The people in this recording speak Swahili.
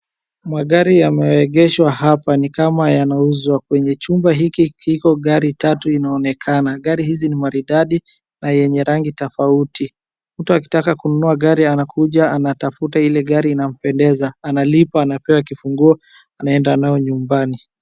Magari yameegeshwa hapa ni kama yanauzwa. Kwenye chumba hiki iko gari tatu inaonekana. Gari hizi ni maridadi na yenye rangi tofauti. Mtu akitaka kununua gari anakuja anatafuta ile gari inampendeza, analipa, anapewa kifunguo anaenda nao nyumbani.